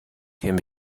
can